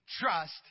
trust